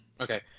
Okay